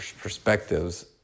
perspectives